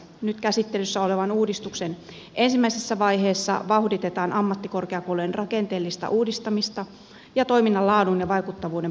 nyt käsittelyssä olevan uudistuksen ensimmäisessä vaiheessa vauhditetaan ammattikorkeakoulujen rakenteellista uudistamista ja toiminnan laadun ja vaikuttavuuden parantamista